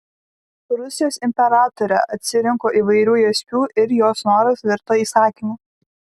rusijos imperatorė atsirinko įvairių jaspių ir jos noras virto įsakymu